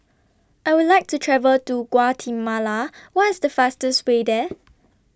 I Would like to travel to Guatemala What IS The fastest Way There